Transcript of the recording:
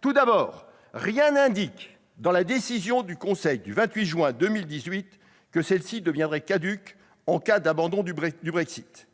Tout d'abord, rien n'indique dans la décision du Conseil du 28 juin 2018 que celle-ci deviendrait caduque en cas d'abandon du Brexit.